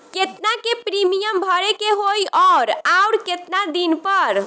केतना के प्रीमियम भरे के होई और आऊर केतना दिन पर?